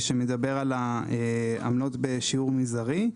שמדבר על העמלות בשיעור מזערי.